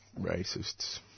racists